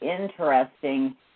interesting